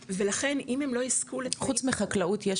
ולכן אם הם לא יזכו לתנאים -- חוץ מחקלאות יש